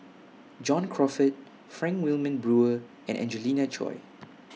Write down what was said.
John Crawfurd Frank Wilmin Brewer and Angelina Choy